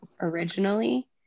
originally